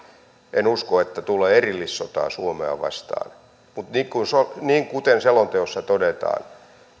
en usko että tulee erillissotaa suomea vastaan mutta kuten selonteossa todetaan